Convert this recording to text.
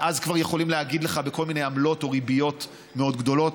ואז כבר יכולים להגיד לך בכל מיני עמלות וריביות מאוד גדולות,